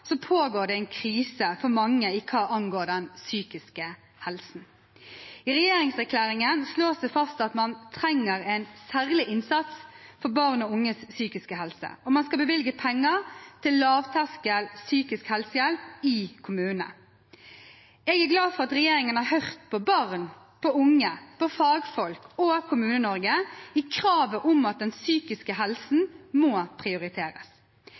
pågår det en krise for mange hva angår den psykiske helsen. I regjeringserklæringen slås det fast at man trenger en særlig innsats for barn og unges psykiske helse, og man skal bevilge penger til lavterskel psykisk helsehjelp i kommunene. Jeg er glad for at regjeringen har hørt på barn, på unge, på fagfolk og på Kommune-Norge i kravet om at den psykiske helsen må prioriteres.